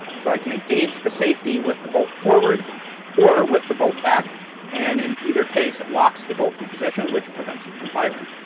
so i can engage the safety with the bolt forward or with the bolt back and in either case locks the bolt in position, which prevents you from firing.